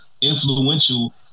influential